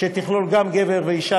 שתכלול גם גבר וגם אישה,